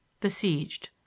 Besieged